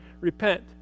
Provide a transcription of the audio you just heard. repent